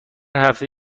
هفته